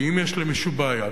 ואם יש למישהו בעיה,